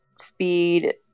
speed